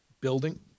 building